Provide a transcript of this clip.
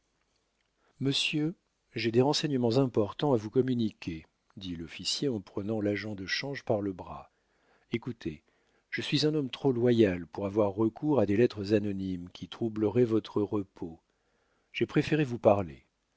monsieur j'ai des renseignements importants à vous communiquer dit l'officier en prenant l'agent de change par le bras écoutez je suis un homme trop loyal pour avoir recours à des lettres anonymes qui troubleraient votre repos j'ai préféré vous parler